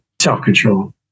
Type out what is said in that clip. self-control